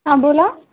हां बोला